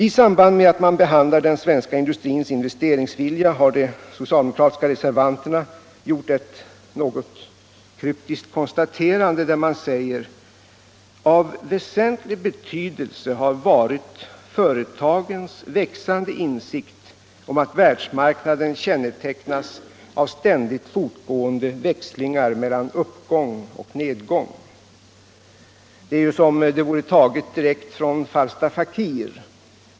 I samband med att man behandlar den svenska industrins investeringsvilja har de socialdemokratiska reservanterna gjort ett något kryptiskt konstaterande, där man säger: ”Av väsentligt betydelse har varit företagens växande insikt om att världsmarknaden kännetecknas av ständigt fortgående växlingar mellan uppgång och nedgång.” Det är ju som om det vore taget direkt från Falstaff Fakir.